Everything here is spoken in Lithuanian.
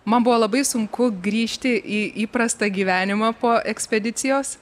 man buvo labai sunku grįžti į įprastą gyvenimą po ekspedicijos